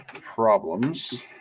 problems